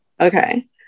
Okay